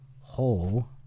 hole